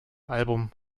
album